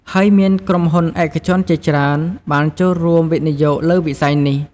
ហើយមានក្រុមហ៊ុនឯកជនជាច្រើនបានចូលរួមវិនិយោគលើវិស័យនេះ។